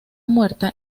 muerta